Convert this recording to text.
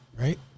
right